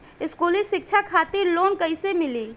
स्कूली शिक्षा खातिर लोन कैसे मिली?